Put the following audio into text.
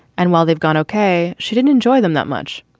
and while they've gone okay, she didn't enjoy them that much.